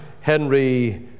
Henry